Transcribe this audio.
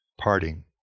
parting